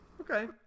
Okay